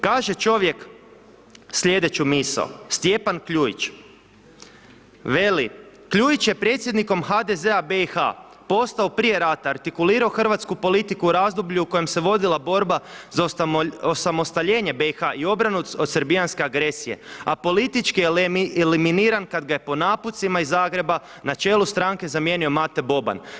Kaže čovjek slijedeću misao, Stjepan Kljuić, veli, Kljuić je predsjednikom HDZ-a BIH postao prije rata, artikulirao hrvatsku politiku u razdoblju u kojem se vodila borba za osamostaljenje BIH i obranu od srbijanske agresije, a politički eliminiran kad ga je po naputcima iz Zagreba, na čelu stranke zamijenio Mate Boban.